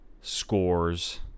scores